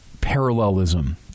parallelism